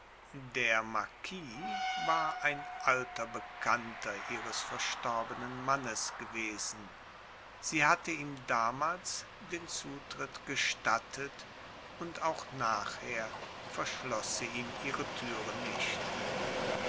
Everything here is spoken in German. der marquis war ein alter bekannter ihres verstorbenen mannes gewesen sie hatte ihm damals den zutritt gestattet und auch nachher verschloß sie ihm ihre türe nicht